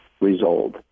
result